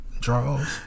draws